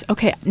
Okay